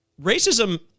racism